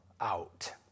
out